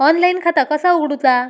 Online खाता कसा उगडूचा?